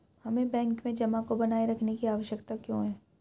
हमें बैंक में जमा को बनाए रखने की आवश्यकता क्यों है?